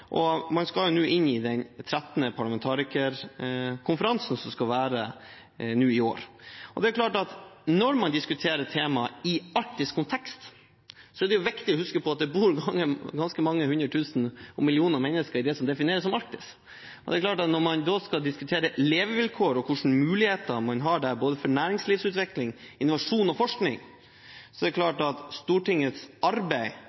Svalbard. Man skal nå ha 13. parlamentarikerkonferansen i år. Det er klart at når man diskuterer temaer i arktisk kontekst, er det viktig å huske på at det bor ganske mange hundre tusener mennesker i det som defineres som arktiske områder. Når man da skal diskutere levevilkår og hvilke muligheter man har der både for næringsutvikling, innovasjon og forskning, er det klart at Stortingets arbeid